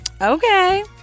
Okay